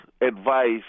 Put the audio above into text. advice